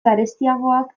garestiagoak